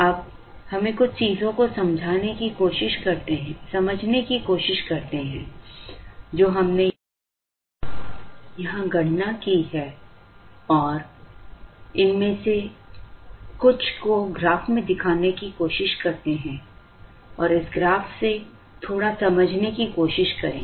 अब हमें कुछ चीजों को समझने की कोशिश करते हैं जो हमने यहां गणना की है और हमें इनमें से कुछ को ग्राफ में दिखाने की कोशिश करते हैं और इस ग्राफ से थोड़ा समझने की कोशिश करें